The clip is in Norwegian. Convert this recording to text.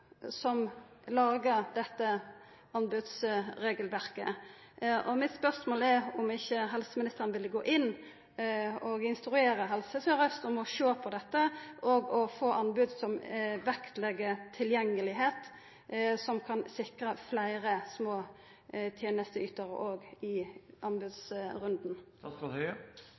som lagar dette anbodsregelverket. Mitt spørsmål er om ikkje helseministeren vil gå inn og instruera Helse Sør-Aust om å sjå på dette, og å få anbod som legg vekt på tilgjenge, noko som kan sikra fleire små tenesteytarar òg i